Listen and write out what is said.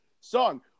song